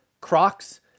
Crocs